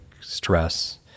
stress